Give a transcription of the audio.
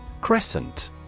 Crescent